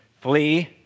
Flee